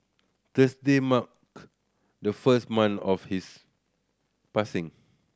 Thursday marked the first month of his passing